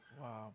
Wow